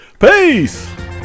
peace